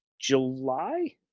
July